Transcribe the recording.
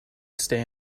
stay